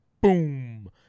Boom